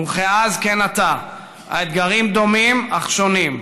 וכאז כן עתה, האתגרים דומים אך שונים.